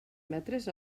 metres